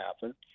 happen